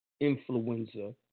influenza